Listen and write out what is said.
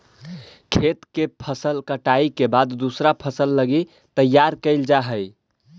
खेत के फसल कटाई के बाद दूसर फसल लगी तैयार कैल जा हइ